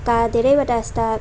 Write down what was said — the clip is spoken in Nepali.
का धेरैवटा यस्ता